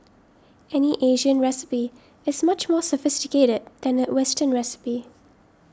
any Asian recipe is much more sophisticated than a western recipe